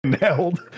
held